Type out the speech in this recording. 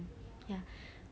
ya